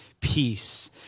peace